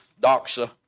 doxa